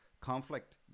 Conflict